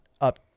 up